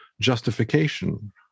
justification